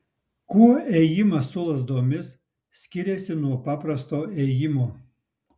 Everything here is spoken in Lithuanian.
kuo ėjimas su lazdomis skiriasi nuo paprasto ėjimo